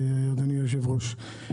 אדוני היושב-ראש,